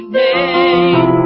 name